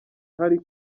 hari